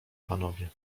panowie